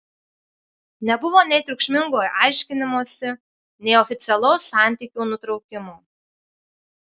nebuvo nei triukšmingo aiškinimosi nei oficialaus santykių nutraukimo